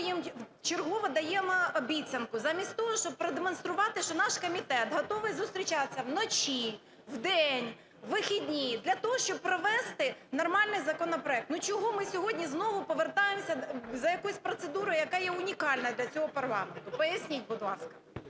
їм вчергове даємо обіцянку замість того, щоб продемонструвати, що наш комітет готовий зустрічатися вночі, вдень, у вихідні для того, щоб провести нормальний законопроект. Ну, чого ми сьогодні знову повертаємось за якоюсь процедурою, яка є унікальна для цього парламенту, поясніть, будь ласка.